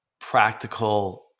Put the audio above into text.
practical